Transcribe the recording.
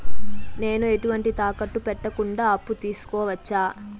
నేను ఎటువంటి తాకట్టు పెట్టకుండా అప్పు తీసుకోవచ్చా?